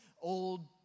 old